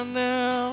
now